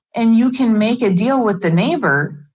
and you can make a deal with the neighbor,